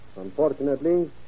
Unfortunately